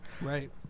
Right